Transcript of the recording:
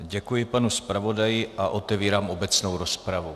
Děkuji panu zpravodaji a otevírám obecnou rozpravu.